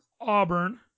Auburn